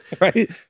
right